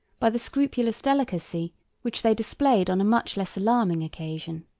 by the scrupulous delicacy which they displayed on a much less alarming occasion.